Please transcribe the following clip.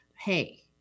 Hey